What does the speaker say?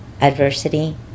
adversity